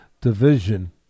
division